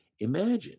Imagine